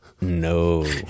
No